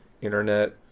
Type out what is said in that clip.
Internet